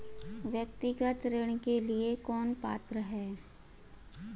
व्यक्तिगत ऋण के लिए कौन पात्र है?